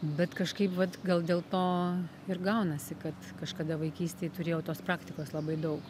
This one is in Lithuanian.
bet kažkaip vat gal dėl to ir gaunasi kad kažkada vaikystėj turėjau tos praktikos labai daug